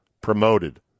promoted